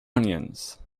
onions